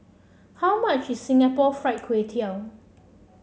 how much is Singapore Fried Kway Tiao